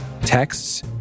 Texts